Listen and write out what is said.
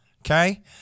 Okay